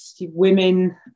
women